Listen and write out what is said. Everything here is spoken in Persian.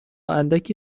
اندکی